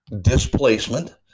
displacement